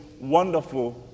wonderful